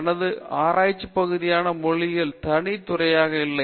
எனது ஆராய்ச்சி பகுதியான மொழியியல் தனி துறையாக இல்லை